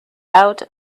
out